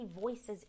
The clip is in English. voices